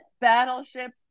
battleships